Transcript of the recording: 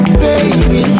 baby